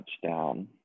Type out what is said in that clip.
touchdown